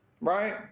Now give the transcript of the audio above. Right